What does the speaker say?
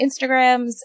Instagrams